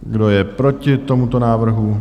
Kdo je proti tomuto návrhu?